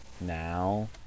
now